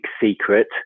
secret